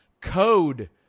code